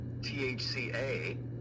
THCA